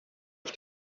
auf